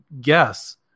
guess